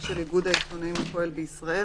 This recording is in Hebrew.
או של איגוד העיתונאים הפועל בישראל